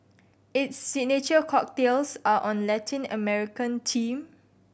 its signature cocktails are on Latin American team